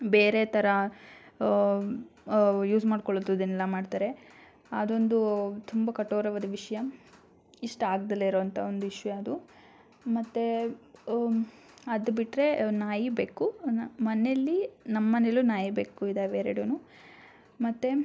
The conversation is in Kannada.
ಬೇರೆ ಥರ ಯೂಸ್ ಮಾಡ್ಕೊಳ್ಳುದುದನ್ನೆಲ್ಲ ಮಾಡ್ತಾರೆ ಅದೊಂದು ತುಂಬ ಕಠೋರವಾದ ವಿಷಯ ಇಷ್ಟ ಆಗದೆಲೆ ಇರುವಂಥ ಒಂದು ವಿಷಯ ಅದು ಮತ್ತೆ ಅದು ಬಿಟ್ಟರೆ ನಾಯಿ ಬೆಕ್ಕು ಮನೇಲ್ಲಿ ನಮ್ಮ ಮನೇಲ್ಲೂ ನಾಯಿ ಬೆಕ್ಕು ಇದಾವೆ ಎರಡೂ ಮತ್ತು